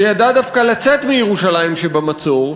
שידע דווקא לצאת מירושלים שבמצור,